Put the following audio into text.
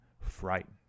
frightened